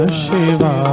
Shiva